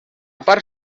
part